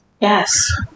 Yes